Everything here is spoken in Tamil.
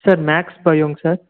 சார் மேக்ஸ் பயோங்க சார்